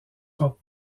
pop